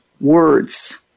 words